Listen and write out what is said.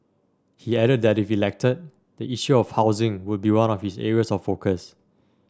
he added that if elected the issue of housing would be one of his areas of focus